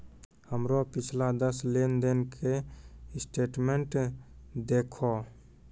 हमरो पिछला दस लेन देन के स्टेटमेंट देहखो